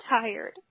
tired